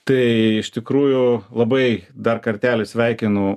tai iš tikrųjų labai dar kartelį sveikinu